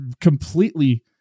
completely